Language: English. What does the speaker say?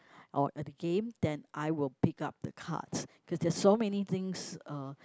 or at the game then I will pick up the cards cause there are so many things uh